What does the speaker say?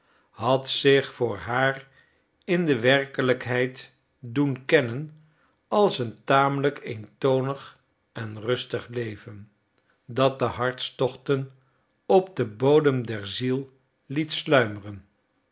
had zich voor haar in de werkelijkheid doen kennen als een tamelijk eentonig en rustig leven dat de hartstochten op den bodem der ziel liet sluimeren